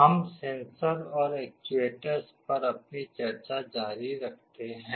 हम सेंसर और एक्च्युएटर्स पर अपनी चर्चा जारी रखते हैं